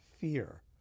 fear